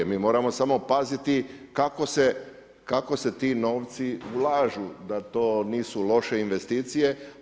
Mi moramo samo paziti kako se ti novci ulažu da to nisu loše investicije.